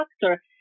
doctor